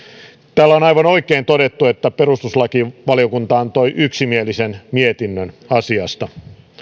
täällä on aivan oikein todettu että perustuslakivaliokunta antoi yksimielisen mietinnön asiasta